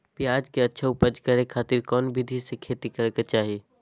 प्याज के अच्छा उपज करे खातिर कौन विधि से खेती करे के चाही?